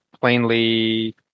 plainly